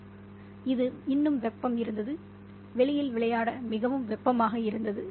'இது இன்னும் வெப்பம் இருந்தது வெளியில் விளையாட மிகவும் வெப்பமாக இருந்தது